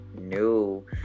new